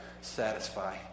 satisfy